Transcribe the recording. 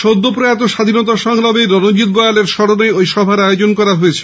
সদ্য প্রয়াত স্বাধীনতা সংগ্রামী রণজিত্ বয়ালের স্মরণে ঐ সভার আয়োজন করা হয়েছে